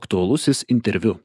aktualusis interviu